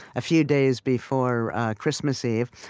a few days before christmas eve.